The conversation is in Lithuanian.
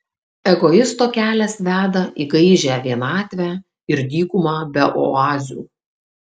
egoisto kelias veda į gaižią vienatvę ir dykumą be oazių